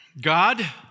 God